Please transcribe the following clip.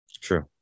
True